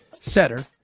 setter